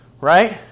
right